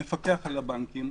למפקח על הבנקים,